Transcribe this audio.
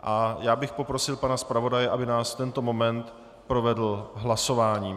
A já bych poprosil pana zpravodaje, aby nás v tento moment provedl hlasováním.